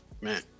man